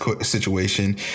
situation